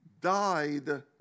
died